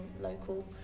local